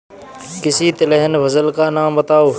किसी तिलहन फसल का नाम बताओ